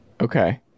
okay